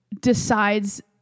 decides